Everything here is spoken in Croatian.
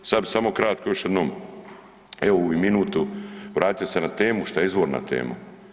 Sad bi samo kratko još jednom evo ovu minutu vratio se na temu šta je izvorna tema.